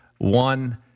One